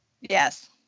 yes